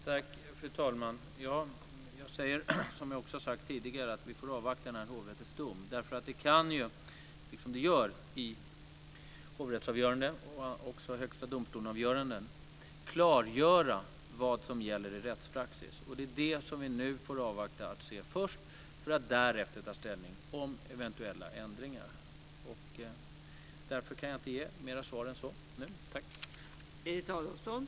Fru talman! Jag säger, som jag också sagt tidigare, att vi får avvakta hovrättens dom. Det kan, som det gör i avgöranden i hovrätten och också i Högsta domstolen, klargöra vad som gäller i rättspraxis. Det är det som vi först får avvakta för att därefter ta ställning till eventuella ändringar. Därför kan jag inte ge mer svar än så nu.